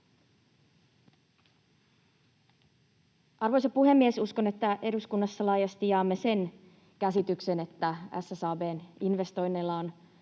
Arvoisa puhemies! Uskon, että eduskunnassa laajasti jaamme sen käsityksen, että SSAB:n investoinneilla on